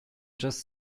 just